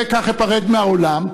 וכנראה כך אפרד מהעולם,